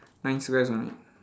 nine squares only